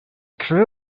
crew